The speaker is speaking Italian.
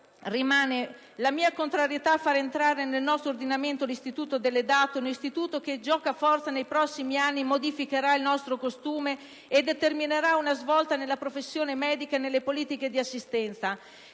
tuttavia la mia contrarietà a far entrare nel nostro ordinamento l'istituto delle DAT, un istituto che, giocoforza, nei prossimi anni modificherà il nostro costume e determinerà una svolta nella professione medica e nelle politiche di assistenza.